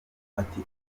ati